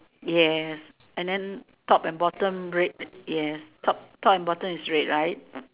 yes and then top and bottom red yes top top and bottom is red right